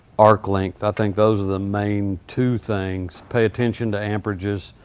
arc length, i think those are the main two things. pay attention to amperages.